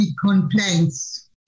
complaints